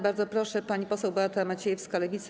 Bardzo proszę, pani poseł Beata Maciejewska, Lewica.